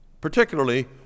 particularly